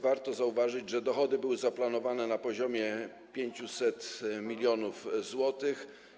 Warto zauważyć, że dochody były zaplanowane na poziomie 500 mln zł.